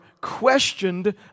questioned